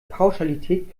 pauschalität